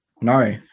no